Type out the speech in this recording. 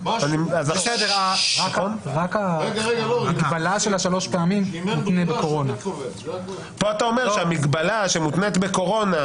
במוסדות למוגבלים, כי זה כלול במאושפזים.